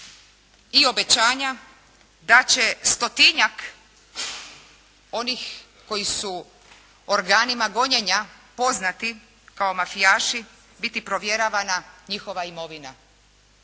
i obećanja da će stotinjak onih koji su organima gonjenja kao mafijaši biti provjeravana njihova imovina.